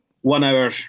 one-hour